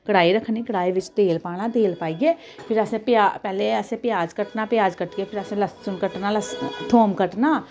कड़ाही रक्खनी ते कड़ाही विच तेल पाना तेल पाइयै फिर असै प्याज पैह्लें असें प्याज कट्टना प्याज कट्टियै फ्ही असै लस्सुन कट्टना थोम कट्टना